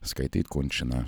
skaityt kunčiną